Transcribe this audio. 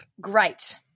great